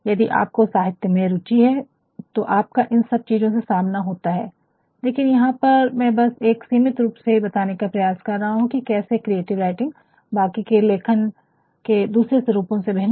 यदि आपको साहित्य में रूचि है तो आपका इन सब चीज़ो से सामना होता है लेकिन यहाँ पर मैं बस एक सीमित रूप से ये बताने का प्रयास कर रहा हूँ कि कैसे क्रिएटिव राइटिंग बाकि के लेखन के दूसरे स्वरूपों से भिन्न है